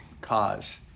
cause